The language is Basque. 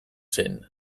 zen